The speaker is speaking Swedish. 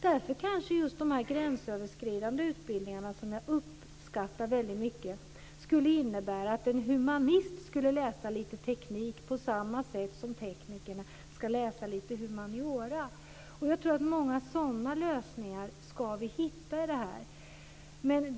Där kanske just de gränsöverskridande utbildningarna, som jag uppskattar väldigt mycket, skulle innebära att en humanist skulle läsa lite teknik på samma sätt som en tekniker ska läsa humaniora. Många sådana lösningar tror jag att vi ska kunna hitta.